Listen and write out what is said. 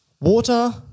water